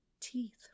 teeth